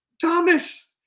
Thomas